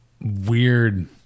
Weird